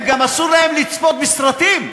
הם, גם אסור להם לצפות בסרטים,